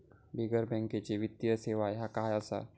बिगर बँकेची वित्तीय सेवा ह्या काय असा?